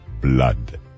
blood